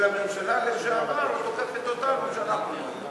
הממשלה לשעבר שתוקפת אותנו שאנחנו לא עונים.